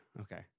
Okay